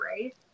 right